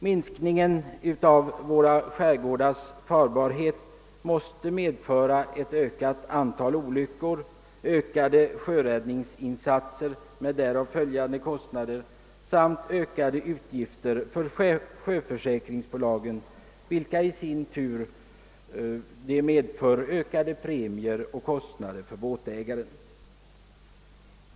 Minskningen av våra skärgårdars farbarhet måste medföra ett ökat antal olyckor, ökade <sjöräddningsinsatser med därav följande kostnader samt ökade utgifter för sjöförsäkringsbolagen, vilket i sin tur medför ökade premiekostnader för båtägarna.